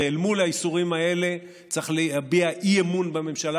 ואל מול הייסורים האלה צריך להביע אי-אמון בממשלה